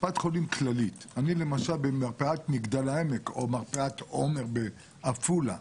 אני למשל במרפאת מגדל העמק או מרפאת עומר בעפולה.